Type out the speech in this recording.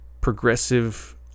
progressive